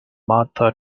martha